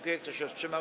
Kto się wstrzymał?